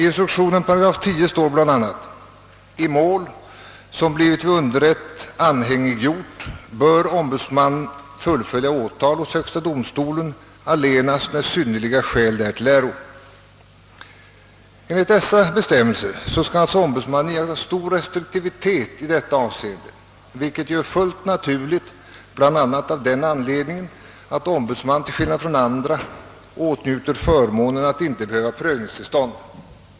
I 10 8 instruktionen står bl.a.: »I mål, som blivit vid underrätt anhängiggjort, bör ombudsman fullfölja åtal hos högsta domstolen allenast när synnerliga skäl därtill äro.» Enligt dessa bestämmelser skall alltså ombudsman iaktta stor restriktivitet i detta avseende, vilket ju är fullt naturligt bl.a. av den anledningen att ombudsman till skillnad från andra åtnjuter förmånen att inte behöva prövningstillstånd.